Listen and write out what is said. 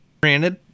granted